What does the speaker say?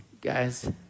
guys